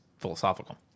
philosophical